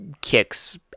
kicks